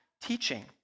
teaching